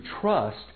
trust